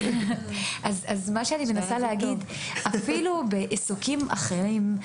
מה שאני מנסה להגיד זה שאפילו בעיסוקים אחרים,